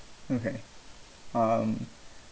okay um